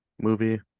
movie